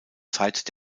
zeit